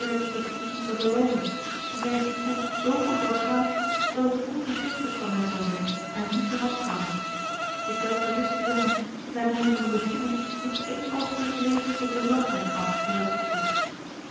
begin onzer verloving en zij heeft die proef zoo goed doorstaan dat het onvergefelijk van mij zou zijn haar nu te wantrouwen ik durf gerust zeggen dat hij mij van den beginne niet één oogenblik reden tot bezorgdheid gaf in dat opzicht